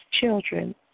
children